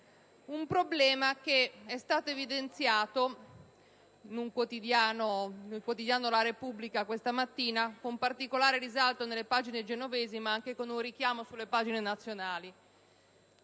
un problema che è stato evidenziato sul quotidiano «la Repubblica» questa mattina, con particolare risalto nelle pagine genovesi ma anche con un richiamo nelle pagine nazionali.